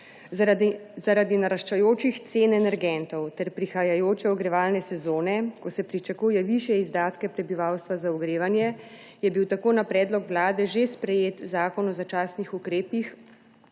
Zaradi naraščajočih cen energentov ter prihajajoče ogrevalne sezone, ko se pričakujejo višji izdatki prebivalstva za ogrevanje, je bil tako na predlog vlade že sprejet Zakon o začasnih ukrepih